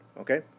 Okay